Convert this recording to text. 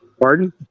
Pardon